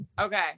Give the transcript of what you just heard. okay